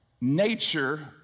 nature